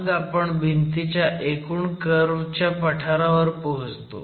मग आपण भिंतीच्या एकूण कर्व्ह च्या पठारावर पोहोचतो